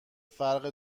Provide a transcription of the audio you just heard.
فرق